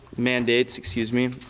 mandates excuse me,